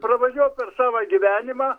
pravažiavau per savo gyvenimą